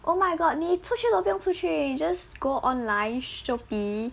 oh my god 你出去都不用出去 you just go online shopee